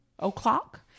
O'clock